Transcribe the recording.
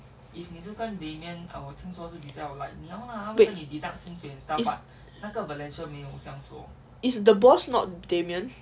wait if is the boss not damian